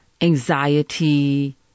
anxiety